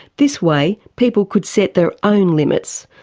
this way, people could set their own limits,